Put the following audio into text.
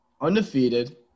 Undefeated